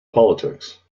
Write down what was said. politics